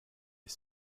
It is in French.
est